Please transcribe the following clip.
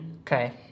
Okay